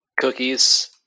Cookies